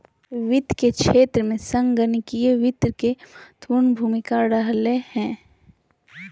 वित्त के क्षेत्र में संगणकीय वित्त के महत्वपूर्ण भूमिका रहलय हें